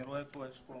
אני רואה שיש פה